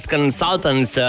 Consultants